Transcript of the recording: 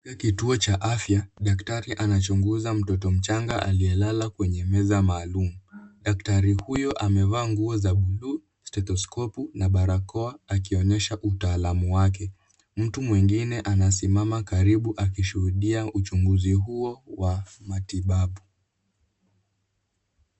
Ni kituo cha afya, daktari anachunguza mtoto mchanga aliyelala kwenye meza maalum. Daktari huyo amevaa nguo za blue ,stetiskopu na balakoa, akionyesha utaalamu wake. Mtu mwingine anasimama karibu akishuhudia uchunguzi huo wa matibabu.